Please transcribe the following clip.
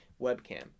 Webcam